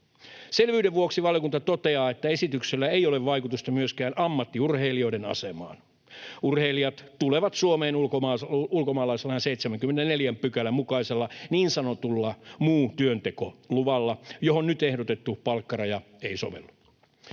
Selvyyden vuoksi valiokunta toteaa, että esityksellä ei ole vaikutusta myöskään ammattiurheilijoiden asemaan. Urheilijat tulevat Suomeen ulkomaalaislain 74 §:n mukaisella niin sanotulla muu työnteko -luvalla, johon nyt ehdotettu palkkaraja ei sovellu.